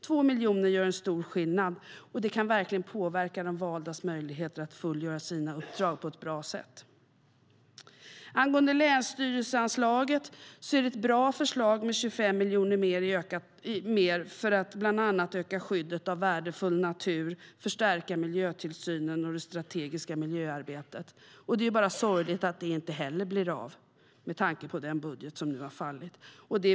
2 miljoner gör en stor skillnad, och det kan verkligen påverka de valdas möjligheter att fullgöra sina uppdrag på ett bra sätt. Angående länsstyrelseanslaget är det ett bra förslag med 25 miljoner mer för att bland annat öka skyddet av värdefull natur och förstärka miljötillsynen och det strategiska miljöarbetet. Det är bara sorgligt att det inte heller blir av, med tanke på den budget som nu har fallit.